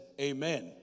Amen